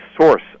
Source